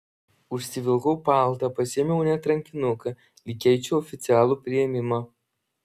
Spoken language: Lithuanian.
užsivilkau paltą pasiėmiau net rankinuką lyg eičiau į oficialų priėmimą